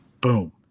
boom